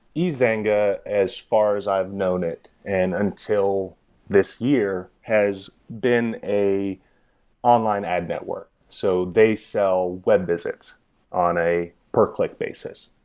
ezanga as far as i've known it, and until this year, has been an online advent work. so they sell web visits on a per click basis.